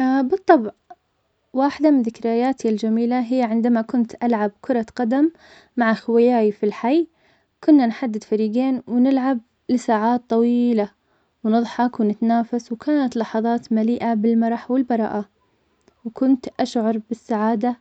بالطبع, واحدة من ذكرياتي الجميلة هي عندما كنت ألعب كرة قدم مع خوياي في الحي, كنا نحدد فريقين, ونلعب لساعات طويلة, ونضحك, ونتنافس, وكانت لحظات مليئة بالمرح, والبراءة, وكنت أشعر بالسعادة